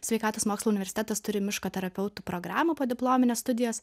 sveikatos mokslų universitetas turi miško terapeutų programą podiplomines studijas